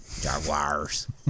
Jaguars